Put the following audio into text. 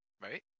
Right